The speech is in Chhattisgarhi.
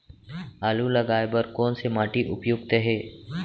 आलू लगाय बर कोन से माटी उपयुक्त हे?